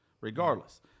Regardless